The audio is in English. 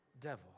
devil